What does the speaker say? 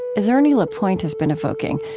as ernie lapointe has been evoking,